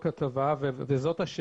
להסביר.